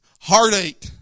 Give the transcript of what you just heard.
heartache